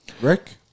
Rick